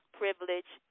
privilege